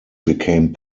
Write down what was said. became